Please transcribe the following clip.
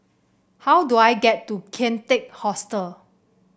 how do I get to Kian Teck Hostel